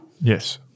Yes